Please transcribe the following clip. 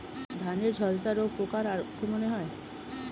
ধানের ঝলসা রোগ পোকার আক্রমণে হয়?